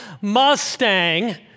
Mustang